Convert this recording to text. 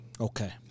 Okay